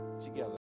together